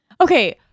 okay